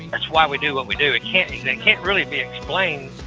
that's why we do what we do it can't can't really be explained.